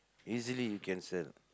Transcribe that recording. easily you can sell